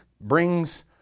brings